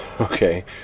okay